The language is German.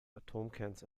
atomkerns